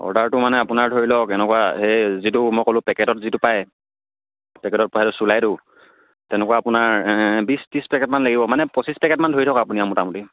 অৰ্ডাৰটো মানে আপোনাৰ ধৰি লওক এনেকুৱা এই যিটো মই ক'লো পেকেটত যিটো পায় পেকেটত পায় যে চুলাইটো তেনেকুৱা আপোনাৰ বিশ ত্ৰিছ পেকেটমান লাগিব মানে পঁচিছ পেকেটমান ধৰি থওক আপুনি আৰু মোটামুটি